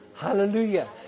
Hallelujah